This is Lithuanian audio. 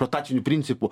rotaciniu principu